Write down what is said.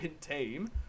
team